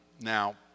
Now